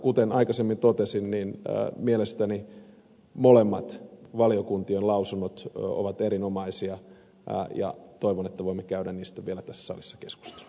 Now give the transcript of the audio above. kuten aikaisemmin totesin mielestäni molemmat valiokuntien lausunnot ovat erinomaisia ja toivon että voimme käydä niistä vielä tässä salissa keskustelua